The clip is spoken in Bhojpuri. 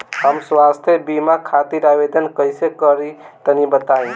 हम स्वास्थ्य बीमा खातिर आवेदन कइसे करि तनि बताई?